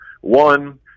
One